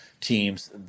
teams